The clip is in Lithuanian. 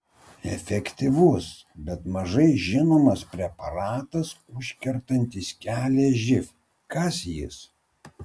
efektyvus bet mažai žinomas preparatas užkertantis kelią živ kas jis